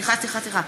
סליחה, סליחה.